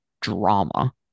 drama